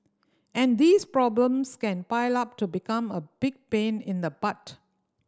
and these problems can pile up to become a big pain in the butt